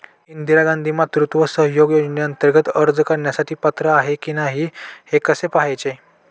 इंदिरा गांधी मातृत्व सहयोग योजनेअंतर्गत अर्ज करण्यासाठी पात्र आहे की नाही हे कसे पाहायचे?